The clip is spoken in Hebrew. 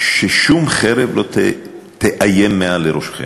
ששום חרב לא תאיים מעל לראשכם.